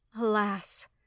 Alas